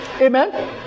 Amen